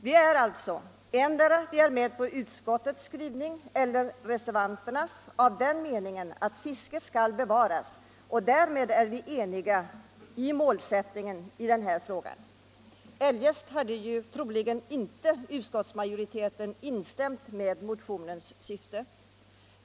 Vi är alltså, oavsett om vi är med på utskottets skrivning eller på reservanternas, av den meningen att fisket skall bevaras, och därmed är vi eniga om målsättningen i den här frågan. Eljest hade troligen inte utskottsmajoriteten instämt i motionens syfte.